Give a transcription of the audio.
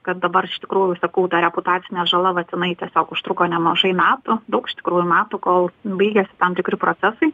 kad dabar iš tikrųjų sakau tą reputacinę žalą va tenai tiesiog užtruko nemažai metų daug iš tikrųjų metų kol baigėsi tam tikri procesai